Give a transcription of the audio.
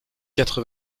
quatre